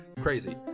crazy